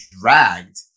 dragged